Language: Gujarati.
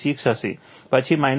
866 હશે પછી 0